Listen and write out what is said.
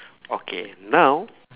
okay now